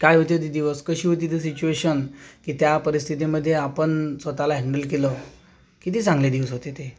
काय होते ते दिवस कशी होती ती सिच्युएशन की त्या परिस्थितीमध्ये आपण स्वतःला हँडल केलं किती चांगले दिवस होते ते